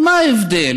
מה ההבדל